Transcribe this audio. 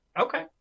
Okay